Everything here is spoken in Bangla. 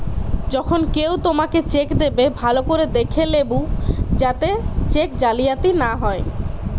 যখন কেও তোমাকে চেক দেবে, ভালো করে দেখে লেবু যাতে চেক জালিয়াতি না হয়